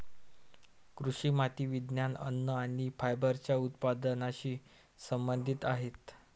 कृषी माती विज्ञान, अन्न आणि फायबरच्या उत्पादनाशी संबंधित आहेत